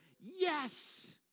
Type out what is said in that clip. yes